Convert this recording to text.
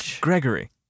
Gregory